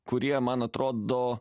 kurie man atrodo